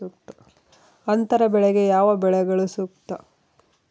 ಅಂತರ ಬೆಳೆಗೆ ಯಾವ ಬೆಳೆಗಳು ಸೂಕ್ತ?